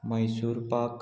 Mysore pak